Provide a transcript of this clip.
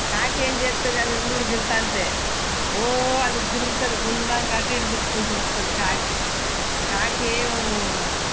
కాకిీ ఏం చేస్తుంది అది ఉండదు తింటుంటే ఓ అది తిరుగుతుంది గుండ్రంగా అటు ఇటు తిప్పుకుంటూ ఉంటుంది కాకి కాకిీ ఏ